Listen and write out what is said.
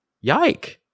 yike